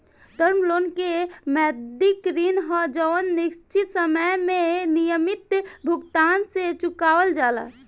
term loan के मौद्रिक ऋण ह जवन निश्चित समय में नियमित भुगतान से चुकावल जाला